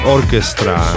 Orchestra